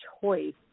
choice